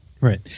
right